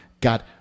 got